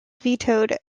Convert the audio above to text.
vetoed